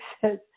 says